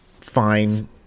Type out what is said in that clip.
fine